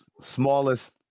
smallest